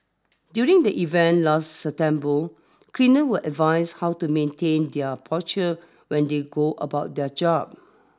during the event last September cleaners were advised how to maintain their posture when they go about their job